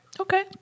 Okay